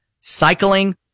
cycling